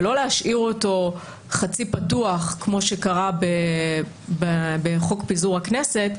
ולא להשאיר אותו חצי פתוח כמו שקרה בחוק פיזור הכנסת,